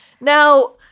Now